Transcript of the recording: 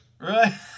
Right